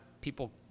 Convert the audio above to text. people